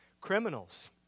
criminals